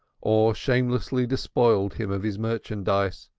or shamelessly despoiled him of his merchandise,